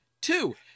two